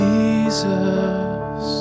Jesus